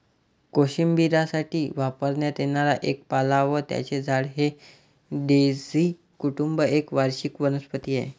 कोशिंबिरीसाठी वापरण्यात येणारा एक पाला व त्याचे झाड हे डेझी कुटुंब एक वार्षिक वनस्पती आहे